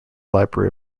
library